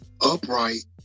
upright